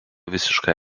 visiškai